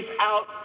out